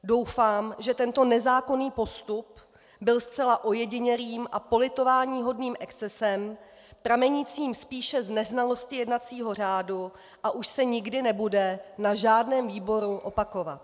Doufám, že tento nezákonný postup byl zcela ojedinělým a politováníhodným excesem pramenícím spíše z neznalosti jednacího řádu a už se nikdy nebude na žádném výboru opakovat.